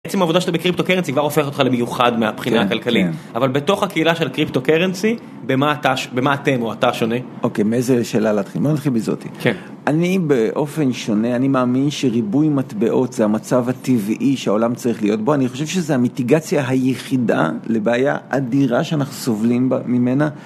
בעצם העובדה שאתה בקריפטו קרנסי כבר הופך אותך למיוחד מהבחינה הכלכלית, אבל בתוך הקהילה של קריפטו קרנסי, במה אתם או אתה שונה? אוקיי, מאיזה שאלה להתחיל? בוא נתחיל מזאתי. אני באופן שונה, אני מאמין שריבוי מטבעות זה המצב הטבעי שהעולם צריך להיות בו, אני חושב שזה המיטיגציה היחידה לבעיה אדירה שאנחנו סובלים ממנה.